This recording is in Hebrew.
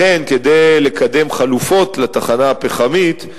לכן, כדי לקדם חלופות לתחנה הפחמית,